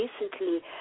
recently